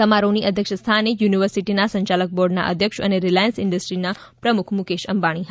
સમારોહની અધ્યક્ષ સ્થાને યુનિવર્સિટીના સંચાલ ક બોર્ડના અધ્યક્ષ અને રિલાયન્સ ઇન્ડસ્ટ્રીઝના પ્રમુખ મુકેશ અંબાણી હતાં